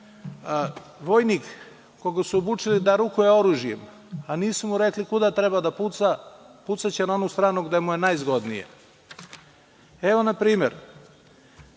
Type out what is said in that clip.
dalje. Vojnik koga su obučili da rukuje oružjem, a nisu mu rekli kuda treba da puca, pucaće na onu stranu gde mu je najzgodnije. Evo, na primer,